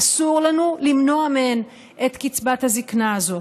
אסור לנו למנוע מהן את קצבת הזקנה הזאת.